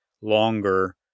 longer